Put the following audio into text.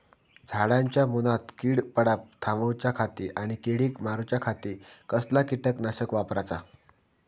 झाडांच्या मूनात कीड पडाप थामाउच्या खाती आणि किडीक मारूच्याखाती कसला किटकनाशक वापराचा?